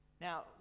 now